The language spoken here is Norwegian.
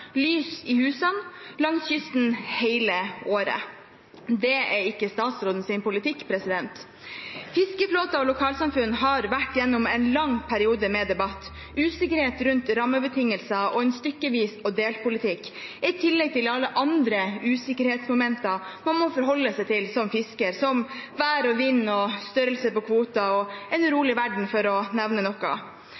lys i husene langs kysten, hele året. Det er ikke statsrådens politikk. Fiskeflåten og lokalsamfunn har vært gjennom en lang periode med debatt, med usikkerhet om rammebetingelser og en stykkevis-og-delt-politikk i tillegg til alle andre usikkerhetsmomenter man må forholde seg til som fisker, som vær og vind, størrelser på kvoter og en